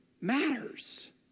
matters